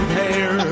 hair